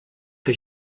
que